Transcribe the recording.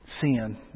Sin